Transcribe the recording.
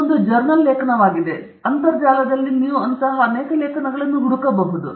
ಇಲ್ಲಿ ಮೂರು ಲೇಖನಗಳು ಇವೆ ಒಂದು ಎರಡು ಮತ್ತು ಮೂರು ಮತ್ತು ಅಂತರ್ಜಾಲದಲ್ಲಿ ನೀವು ಅಂತಹ ಅನೇಕ ಲೇಖನಗಳನ್ನು ಹುಡುಕಬಹುದು